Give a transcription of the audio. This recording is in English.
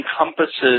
encompasses